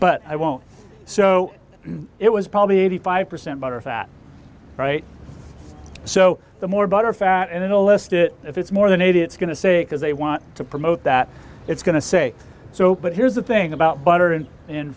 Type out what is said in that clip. but i won't so it was probably eighty five percent butterfat right so the more butterfat in a list it if it's more than eight it's going to say because they want to promote that it's going to say so but here's the thing about butter and in